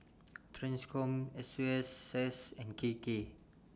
TRANSCOM S U S S and K K